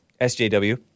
SJW